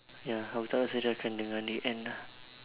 ya aku tak rasa dia akan dengar the end ah